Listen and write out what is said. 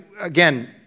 again